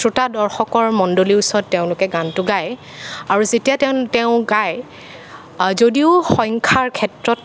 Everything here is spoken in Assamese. শ্ৰোতা দৰ্শকৰ মণ্ডলীৰ ওচৰতে তেওঁলোকে গানটো গায় আৰু যেতিয়া তেওঁ গায় যদিও সংখ্যাৰ ক্ষেত্ৰত